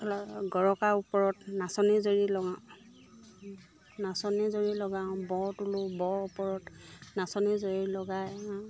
গৰকা ওপৰত নাচনী জৰি লগাওঁ নাচনী জৰি লগাওঁ ব তোলোঁ ব ওপৰত নাচনী জৰি লগাই